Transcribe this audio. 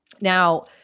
Now